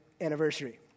anniversary